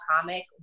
comic